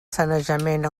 sanejament